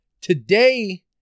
today